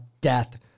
Death